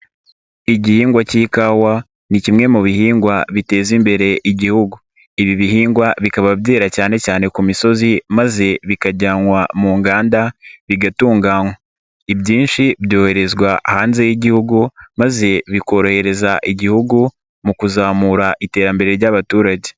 Igihingwa cy'ikawa ni kimwe mu bihingwa biteza imbere Igihugu, ibi bihingwa bikaba byera cyane cyane ku misozi maze bikajyanwa mu nganda bigatunywa. Ibyinshi byoherezwa hanze y'igihugu maze bikorohereza Igihugu mu kuzamura iterambere ry'abaturage.